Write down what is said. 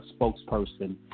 spokesperson